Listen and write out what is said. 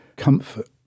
Comfort